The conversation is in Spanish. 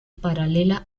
paralela